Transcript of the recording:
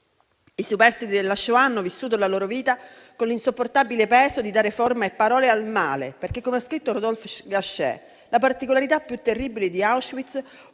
I superstiti della Shoah hanno vissuto la loro vita con l'insopportabile peso di dare forma e parole al male. Come ha scritto Rodolphe Gasché, la particolarità più terribile di Auschwitz